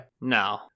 No